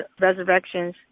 resurrections